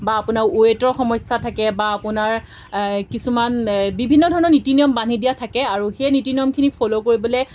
বা আপোনাৰ ৱেইটৰ সমস্যা থাকে বা আপোনাৰ কিছুমান বিভিন্ন ধৰণৰ নীতি নিয়ম বান্ধি দিয়া থাকে আৰু সেই নীতি নিয়মখিনি ফলো কৰিবলৈ